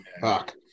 fuck